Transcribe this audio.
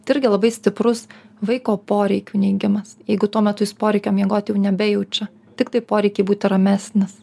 tai irgi labai stiprus vaiko poreikių neigimas jeigu tuo metu jis poreikio miegot jau nebejaučia tiktai poreikį būti ramesnis